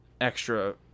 extra